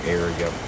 area